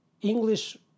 English